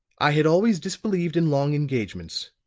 i had always disbelieved in long engagements,